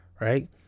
Right